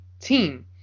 team